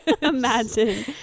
imagine